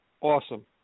awesome